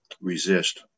resist